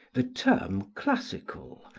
the term classical,